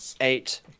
eight